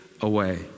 away